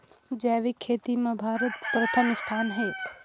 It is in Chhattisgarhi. जैविक खेती म भारत प्रथम स्थान पर हे